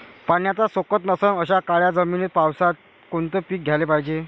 पाण्याचा सोकत नसन अशा काळ्या जमिनीत पावसाळ्यात कोनचं पीक घ्याले पायजे?